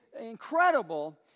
incredible